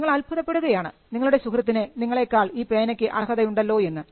നിങ്ങൾ അത്ഭുതപ്പെടുകയാണ് നിങ്ങളുടെ സുഹൃത്തിന് നിങ്ങളെക്കാൾ ഈ പേനയ്ക്ക് അർഹത ഉണ്ടല്ലോ എന്ന്